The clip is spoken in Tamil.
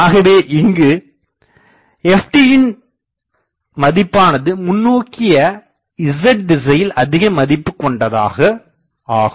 ஆகவே இங்கு "ft"யின் மதிப்பானது முன்னோக்கிய "z"திசையில் அதிகமதிப்புக் கொண்டது ஆகும்